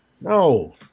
No